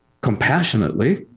compassionately